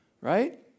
right